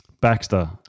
Baxter